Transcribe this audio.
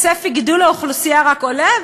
וצפי גידול האוכלוסייה רק עולה,